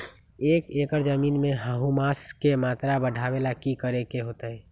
एक एकड़ जमीन में ह्यूमस के मात्रा बढ़ावे ला की करे के होतई?